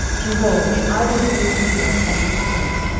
behold, i will bring evil upon this place,